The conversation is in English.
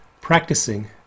practicing